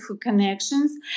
connections